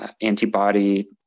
antibody